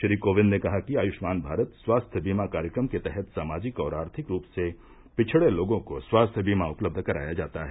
श्री कोविंद ने कहा कि आय्ष्मान भारत स्वास्थ्य बीमा कार्यक्रम के तहत सामाजिक और आर्थिक रूप से पिछड़े लोगों को स्वास्थ्य बीमा उपलब्ध कराया जाता है